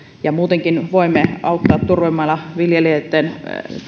muutenkin voimme auttaa turvemailla viljelijöitten